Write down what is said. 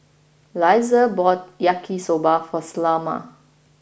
Eliezer bought Yaki Soba for Selma